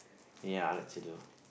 ya I like to do